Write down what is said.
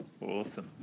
Awesome